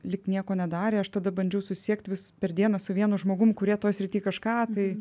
lyg nieko nedarė aš tada bandžiau susisiekt vis per dieną su vienu žmogum kurie toj srity kažką tai